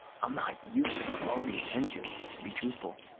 i'm not used to all the attention, to be truthful.